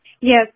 Yes